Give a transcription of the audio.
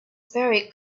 very